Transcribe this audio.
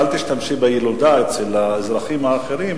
אל תשתמשי בילודה אצל האזרחים האחרים